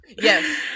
Yes